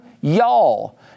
y'all